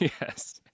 Yes